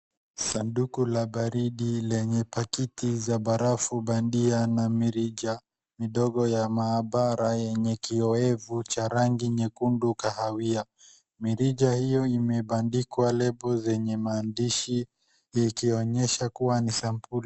Sanduku la baridi lenye pakiti za barafu bandia na mirija midogo ya maabara yenye kioevu cha rangi nyekundi kahawia. Mirija hiyo imebandikwa lebo zenye maandishi likionyesha kuwa ni sampuli.